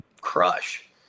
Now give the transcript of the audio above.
crush